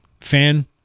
fan